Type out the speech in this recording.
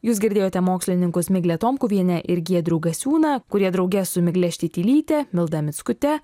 jūs girdėjote mokslininkus miglę tomkuvienę ir giedrių gasiūną kurie drauge su migle štitilyte milda mickute